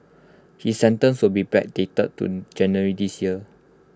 his sentence will be backdated to January this year